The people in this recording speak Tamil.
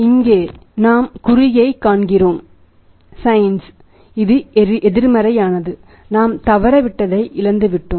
இங்கே குறியை நாம் காண்கிறோம் இது எதிர்மறையானது நாம் தவறவிட்டதை இழந்துவிட்டோம்